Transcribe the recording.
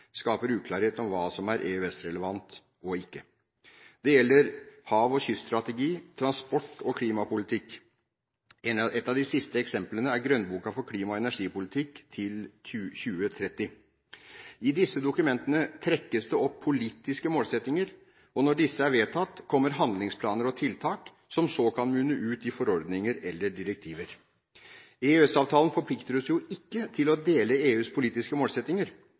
skaper uklarhet om hva som er EØS-relevant og ikke. Det gjelder hav- og kyststrategi, transport- og klimapolitikk. Et av de siste eksemplene er grønnboken for klima- og energipolitikk til 2030. I disse dokumentene trekkes det opp politiske målsettinger. Når disse er vedtatt, kommer handlingsplaner og tiltak, som så kan munne ut i forordninger eller direktiver. EØS-avtalen forplikter oss jo ikke til å dele EUs politiske